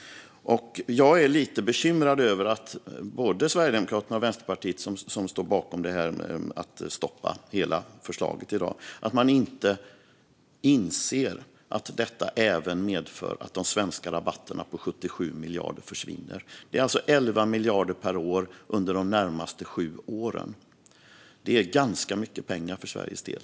Jag är lite bekymrad över att både Sverigedemokraterna och Vänsterpartiet, som står bakom att man ska stoppa hela förslaget i dag, inte inser att detta även medför att de svenska rabatterna på 77 miljarder försvinner. Det är alltså 11 miljarder per år under de närmaste sju åren. Det är ganska mycket pengar för Sveriges del.